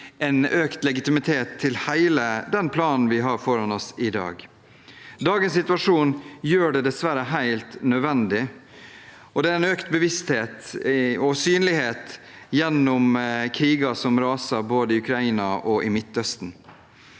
gi økt legitimitet til hele den planen vi har foran oss i dag. Dagens situasjon gjør det dessverre helt nødvendig. Det er også en økt bevissthet og synlighet på grunn av krigene som raser, i både Ukraina og i Midtøsten.